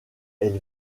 elle